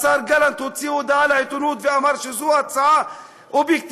השר גלנט הוציא הודעה לעיתונות ואמר שזו הצעה אובייקטיבית.